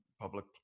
public